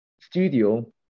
studio